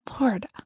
Lord